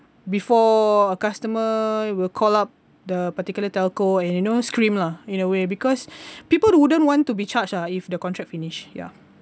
before a customer will call up the particular telco and you know scream lah in a way because people wouldn't want to be charged ah if the contract finish ya